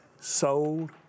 sold